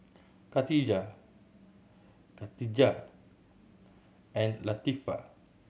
Khatijah Katijah and Latifa